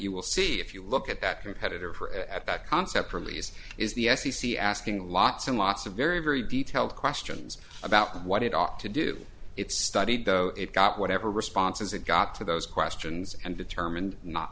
you will see if you look at that competitor for at that concept release is the f c c asking lots and lots of very very detailed questions about what it ought to do it studied though it got whatever responses it got to those questions and determined not